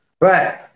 Right